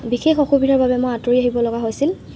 বিশেষ অসুবিধাৰ বাবে মই আতঁৰি আহিব লগা হৈছিল